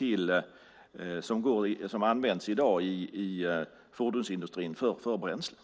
i dag används i fordonsindustrin för bränsle.